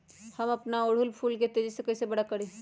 हम अपना ओरहूल फूल के तेजी से कई से बड़ा करी?